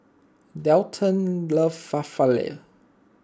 Dayton loves Falafel